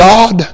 God